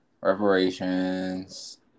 reparations